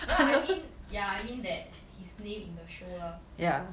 no I mean yeah I mean that's his name in the show lah